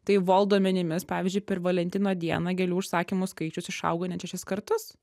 tai volt duomenimis pavyzdžiui per valentino dieną gėlių užsakymų skaičius išauga net šešis kartus